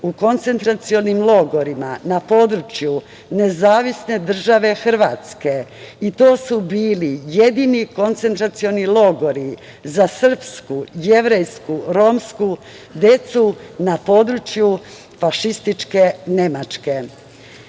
u koncentracionim logorima na području Nezavisne države Hrvatske i to su bili jedini koncentracioni logori za srpsku, jevrejsku i romsku decu na području fašističke Nemačke.O